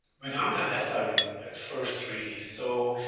without a headline at first really. so,